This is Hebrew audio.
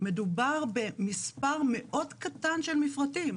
מדובר במספר מאוד קטן של מפרטים.